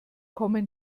kommen